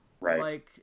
Right